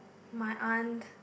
my aunt